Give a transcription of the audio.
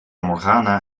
morgana